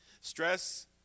Stress